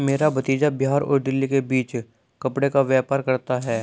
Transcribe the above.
मेरा भतीजा बिहार और दिल्ली के बीच कपड़े का व्यापार करता है